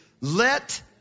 Let